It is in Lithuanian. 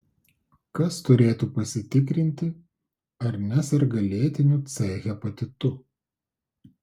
kas turėtų pasitikrinti ar neserga lėtiniu c hepatitu